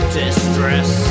distress